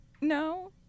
No